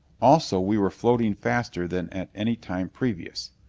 also we were floating faster than at anytime previous.